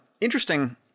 Interesting